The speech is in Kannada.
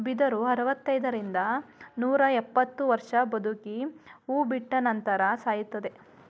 ಬಿದಿರು ಅರವೃತೈದರಿಂದ ರಿಂದ ನೂರಿಪ್ಪತ್ತು ವರ್ಷ ಬದುಕಿ ಹೂ ಬಿಟ್ಟ ನಂತರ ಸಾಯುತ್ತದೆ